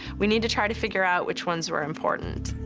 we need to try to figure out which ones were important.